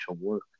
work